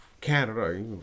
Canada